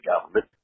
government